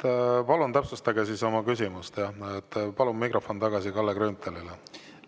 Palun täpsustage oma küsimust. Palun mikrofon tagasi Kalle Grünthalile.